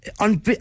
on